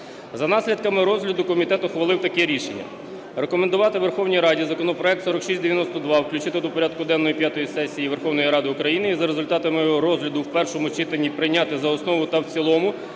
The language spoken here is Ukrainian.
За наслідками розгляду комітет ухвалив таке рішення. Рекомендувати Верховній Раді законопроект 4692 включити до порядку денного п'ятої сесії Верховної Ради України і за результатами його розгляду в першому читанні прийняти за основу та в цілому